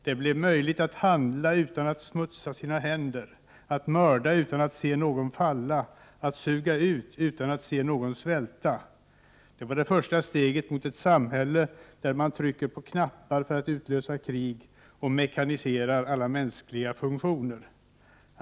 Det blev möjligt att handla utan att smutsa sina händer, att mörda utan att se någon falla, att suga ut utan att se någon svälta. Det var första steget mot ett samhälle där man trycker på knappar för att utlösa krig och mekaniserar alla mänskliga funktioner.